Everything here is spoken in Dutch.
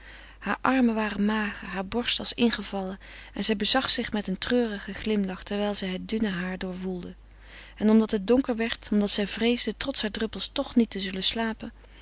hare armen waren mager haar borst als ingevallen en zij bezag zich met een treurigen glimlach terwijl zij het dunne haar doorwoelde en omdat het donker werd omdat zij vreesde trots hare druppels toch niet te zullen slapen